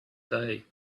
day